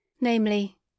namely